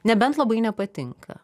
nebent labai nepatinka